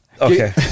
Okay